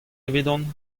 evidon